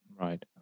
Right